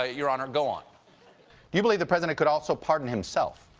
ah your honor, go on. do you believe the president could also pardon himself?